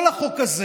כל החוק הזה